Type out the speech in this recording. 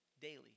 daily